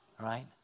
Right